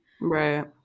Right